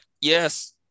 yes